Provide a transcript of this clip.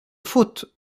faute